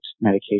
medication